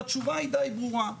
התשובה היא די ברורה.